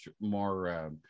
more